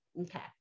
Okay